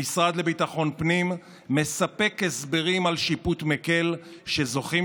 המשרד לביטחון פנים מספק הסברים על שיפוט מקל שזוכים